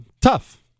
Tough